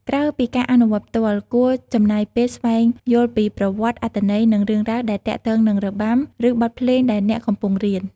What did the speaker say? ក្រៅពីការអនុវត្តផ្ទាល់ គួរចំណាយពេល ស្វែងយល់ពីប្រវត្តិ អត្ថន័យ និងរឿងរ៉ាវដែលទាក់ទងនឹងរបាំ ឬបទភ្លេងដែលអ្នកកំពុងរៀន។